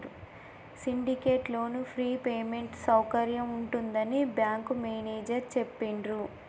syndicate loan free payment సౌకర్యం ఉంటుందని bank manager చెప్పిండ్రు